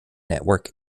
network